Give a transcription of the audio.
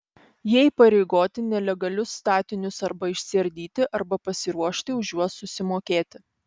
jie įpareigoti nelegalius statinius arba išsiardyti arba pasiruošti už juos susimokėti